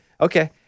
Okay